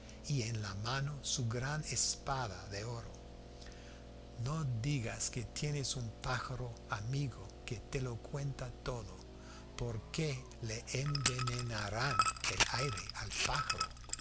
y en la mano su gran espada de oro no digas que tienes un pájaro amigo que te lo cuenta todo porque le envenenarán el aire al pájaro